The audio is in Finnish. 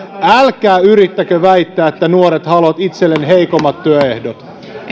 älkää yrittäkö väittää että nuoret haluavat itselleen heikommat työehdot